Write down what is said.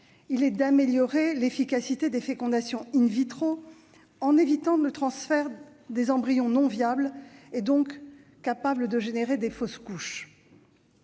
il est d'améliorer l'efficacité des fécondations en évitant le transfert des embryons non viables, et donc capables de générer des fausses couches.